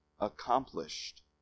accomplished